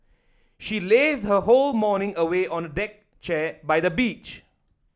she lazed her whole morning away on a deck chair by the beach